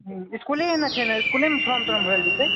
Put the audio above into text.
इसकुलेमे छै ने इसकुलेमे फॉर्म तार्म भरल जेतै